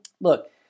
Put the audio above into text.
Look